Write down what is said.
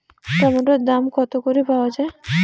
টমেটোর দাম কত করে পাওয়া যায়?